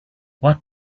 what